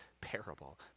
parable